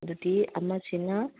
ꯑꯗꯨꯗꯤ ꯑꯃꯁꯤꯅ